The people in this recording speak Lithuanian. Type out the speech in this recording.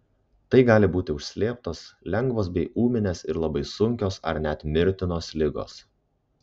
tai gali būti užslėptos lengvos bei ūminės ir labai sunkios ar net mirtinos ligos